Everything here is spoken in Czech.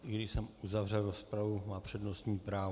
I když jsem uzavřel rozpravu, má přednostní právo.